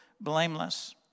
blameless